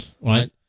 right